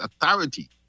authority